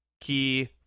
key